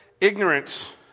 ignorance